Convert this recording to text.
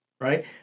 Right